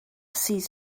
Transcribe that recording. sees